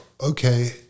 okay